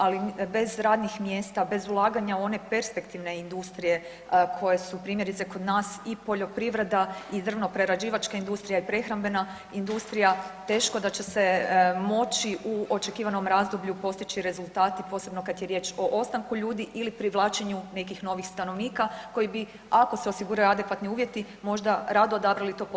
Ali bez radnih mjesta, bez ulaganja u one perspektivne industrije koje su primjerice kod nas i poljoprivredna, i drvnoprerađivačka industrija i prehrambena industrija teško da će se moći u očekivanom razdoblju postići rezultati posebno kada je riječ o ostanku ljudi ili privlačenju nekih novih stanovnika koji bi ako se osiguraju adekvatni uvjeti možda rado odabrali to područje za svoj život.